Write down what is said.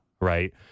right